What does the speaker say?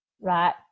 right